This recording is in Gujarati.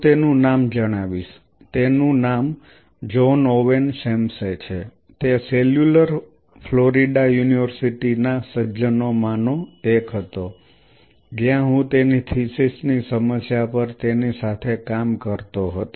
હું તેનું નામ જણાવીશ તેનું નામ જ્હોન ઓવેન સેમસે છે તે સેલ્યુલર ફ્લોરિડા યુનિવર્સિટીના સજ્જનોમાંનો એક હતો જ્યાં હું તેની થીસીસ ની સમસ્યા પર તેની સાથે કામ કરતો હતો